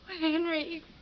Henry